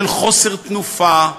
של חוסר תנופה,